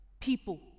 People